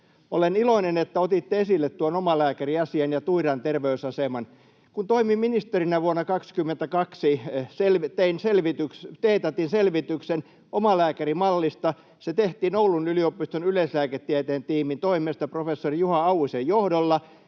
kuunteletteko — tuon omalääkäriasian ja Tuiran terveysaseman. Kun toimin ministerinä vuonna 22, teetätin selvityksen omalääkärimallista. Se tehtiin Oulun yliopiston yleislääketieteen tiimin toimesta professori Juha Auvisen johdolla,